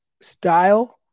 style